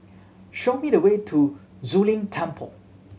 show me the way to Zu Lin Temple